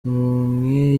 mwe